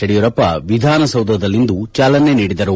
ಯಡಿಯೂರಪ್ಪ ವಿಧಾನಸೌಧದಲ್ಲಿಂದು ಚಾಲನೆ ನೀಡಿದರು